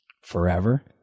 forever